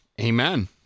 Amen